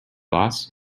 boss